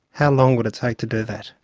how long would it take to do that?